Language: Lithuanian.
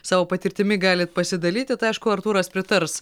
savo patirtimi galit pasidalyti tai aišku artūras pritars